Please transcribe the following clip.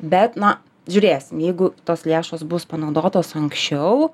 bet na žiūrėsim jeigu tos lėšos bus panaudotos anksčiau